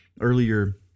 earlier